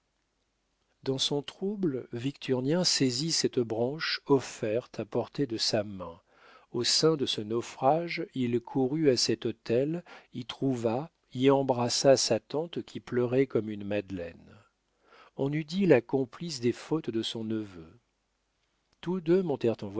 dans son trouble victurnien saisit cette branche offerte à portée de sa main au sein de ce naufrage il courut à cet hôtel y trouva y embrassa sa tante qui pleurait comme une madeleine on eût dit la complice des fautes de son neveu tous deux